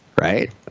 right